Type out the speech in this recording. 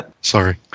Sorry